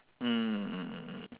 mm mm mm mm